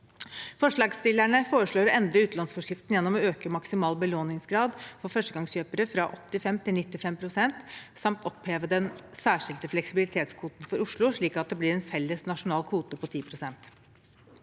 Forslagsstillerne foreslår å endre utlånsforskriften gjennom å øke maksimal belåningsgrad for førstegangskjøpere fra 85 pst. til 95 pst., samt å oppheve den særskilte fleksibilitetskvoten for Oslo, slik at det blir en felles nasjonal kvote på 10 pst.